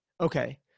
Okay